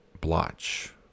blotch